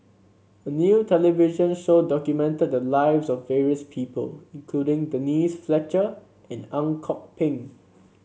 a new television show documented the lives of various people including Denise Fletcher and Ang Kok Peng